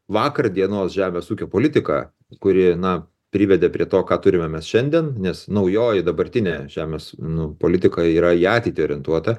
vakar dienos žemės ūkio politika kuri na privedė prie to ką turime mes šiandien nes naujoji dabartinė žemės nu politika yra į ateitį orientuota